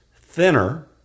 thinner